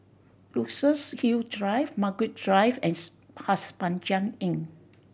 Luxus Hill Drive Margaret Drive and Pasir Panjang Inn